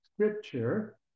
scripture